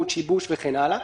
שיבוש וכן הלאה.